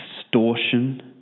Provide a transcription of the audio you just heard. extortion